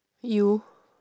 you